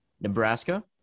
Nebraska